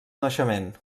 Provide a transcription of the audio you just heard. naixement